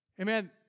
Amen